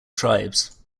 tribes